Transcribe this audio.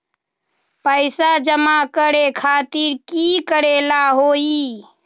पैसा जमा करे खातीर की करेला होई?